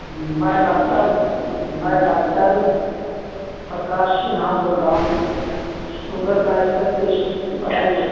میں ڈاکٹر میں ڈاکٹر پرکاش سِنہا بول رہا ہوں سوگر کا اسپشلسٹ بتائیے